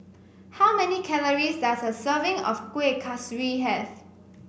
how many calories does a serving of Kuih Kaswi have